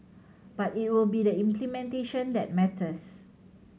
but it will be the implementation that matters